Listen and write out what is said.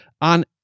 on